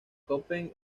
köppen